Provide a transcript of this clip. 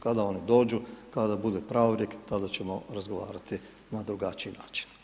Kada oni dođu, kada bude pravorijek, tada ćemo razgovarati na drugačiji način.